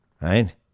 right